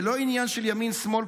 זה לא עניין של ימין או שמאל,